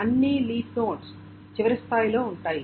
అన్ని leaf nodes చివరి స్థాయిలో ఉంటాయి